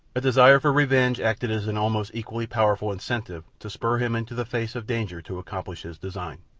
a desire for revenge acted as an almost equally powerful incentive to spur him into the face of danger to accomplish his design,